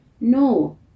No